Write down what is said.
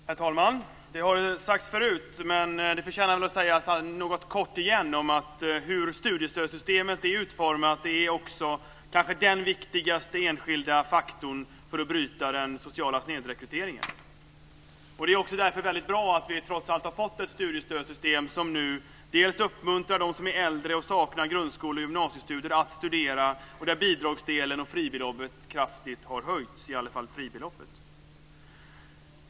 Herr talman! Det har sagts förut, men det förtjänar att sägas igen: Hur studiestödssystemet är utformat är kanske den viktigaste enskilda faktorn för att bryta den sociala snedrekryteringen. Det är därför väldigt bra att vi nu trots allt har fått ett studiestödssystem som uppmuntrar dem som är äldre och saknar grundskole och gymnasiestudier att studera och där bidragsdelen och fribeloppet kraftigt har höjts, i alla fall fribeloppet.